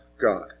God